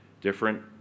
different